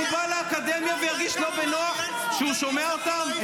הוא בא לאקדמיה וירגיש לא בנוח כשהוא שומע אותם,